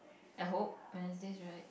I hope Wednesdays right